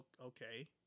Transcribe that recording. Okay